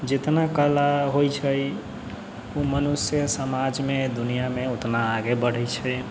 जितना कला होइ छै उ मनुष्य समाजमे दुनिआँमे ओतना आगे बढ़ै छै